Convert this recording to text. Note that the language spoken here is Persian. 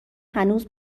هنوز